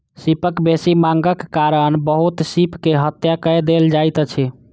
सीपक बेसी मांगक कारण बहुत सीप के हत्या कय देल जाइत अछि